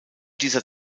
dieser